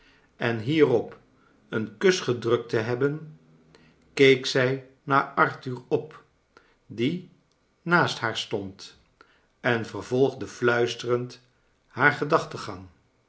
en hierop een kus gedrukt te hebben keek zij naar arthur op die naast haar stond en vervolgde fluisterend haar gedachtengang